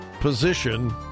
position